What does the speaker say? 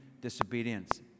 disobedience